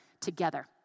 together